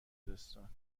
خوزستان